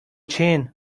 chin